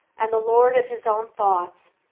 and the lord of his own thoughts,